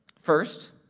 First